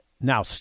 Now